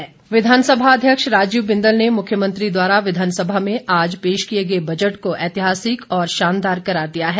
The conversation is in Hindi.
प्रतिक्रिया मंत्री विधानसभा अध्यक्ष राजीव बिंदल ने मुख्यमंत्री द्वारा विधानसभा में आज पेश किए गए बजट को ऐतिहासिक और शानदार करार दिया है